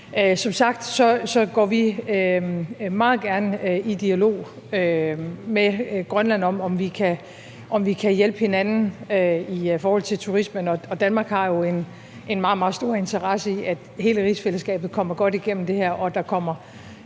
Som sagt går vi meget gerne i dialog med Grønland om, om vi kan hjælpe hinanden i forhold til turismen. Danmark har jo en meget, meget stor interesse i, at hele rigsfællesskabet kommer godt igennem det her,